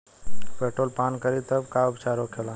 Petrol पान करी तब का उपचार होखेला?